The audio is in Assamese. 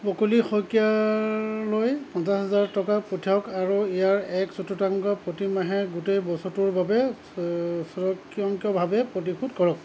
বকুলি শইকীয়ালৈ পঞ্চাছ হাজাৰ টকা পঠিয়াওক আৰু ইয়াৰ এক চতুৰ্থাংশ প্ৰতিমাহে গোটেই বছৰটোৰ বাবে স্বয়ংক্ৰিয়ভাৱে পৰিশোধ কৰক